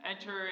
enter